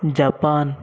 Japan